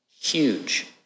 huge